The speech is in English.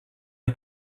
are